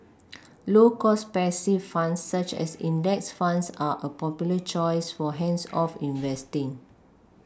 low cost passive funds such as index funds are a popular choice for hands off investing